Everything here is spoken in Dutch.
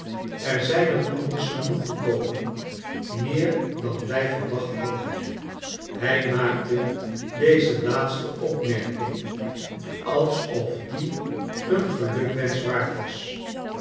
er zijn er anders genoeg gekomen meer dan wij verwacht hadden hij maakte deze laatste opmerking alsof die een gelukwensch waard was